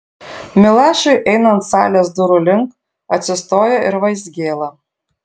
milašiui einant salės durų link atsistoja ir vaizgėla